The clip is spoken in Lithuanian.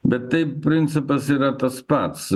bet taip principas yra tas pats